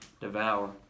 devour